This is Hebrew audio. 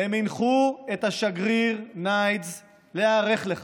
והם הנחו את השגריר ניידס להיערך לכך.